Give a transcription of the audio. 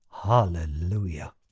Hallelujah